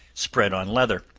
spread on leather.